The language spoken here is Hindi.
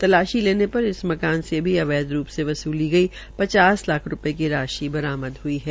तलाशी लेने पर इस मकान से भी अवैध रूप से पचास लाख रूपए की राशि बरामद हुई है